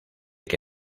que